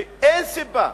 שאין סיבה,